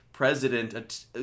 President